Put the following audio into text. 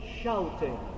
Shouting